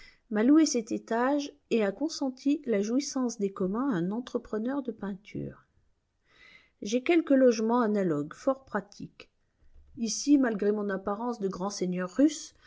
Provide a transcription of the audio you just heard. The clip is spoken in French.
m'a loué cette étage et a consenti la jouissance des communs à un entrepreneur de peinture j'ai quelques logements analogues fort pratiques ici malgré mon apparence de grand seigneur russe